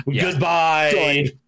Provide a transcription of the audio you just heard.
Goodbye